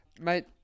Mate